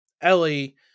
Ellie